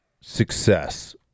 success